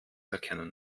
erkennen